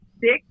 six